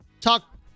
Talk